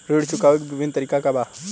ऋण चुकावे के विभिन्न तरीका का बा?